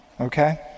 okay